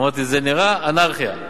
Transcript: אמרתי: זה נראה אנרכיה.